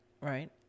right